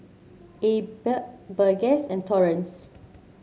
Abb Burgess and Torrence